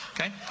Okay